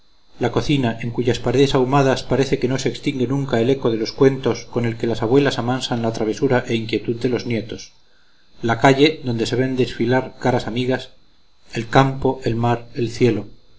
la cocina en cuyas paredes ahumadas parece que no se extingue nunca el eco de los cuentos con que las abuelas amansan la travesura e inquietud de los nietos la calle donde se ven desfilar caras amigas el campo el mar el cielo